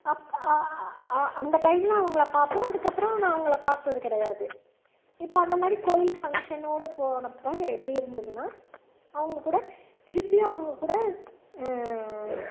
அப்போ ஆ அந்த டைமில் அவங்கள பார்ப்போம் அதுக்கப்புறம் நான் அவங்கள பார்த்தது கிடையாது இப்போ அந்த மாதிரி கோவில் ஃபங்க்ஷனோட போனப்போ எப்படி இருந்துதுன்னா அவங்க கூட திருப்பியும் அவங்க கூட